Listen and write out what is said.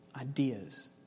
ideas